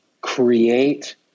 create